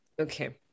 Okay